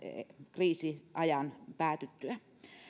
kriisiajan päätyttyä